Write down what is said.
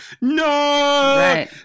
No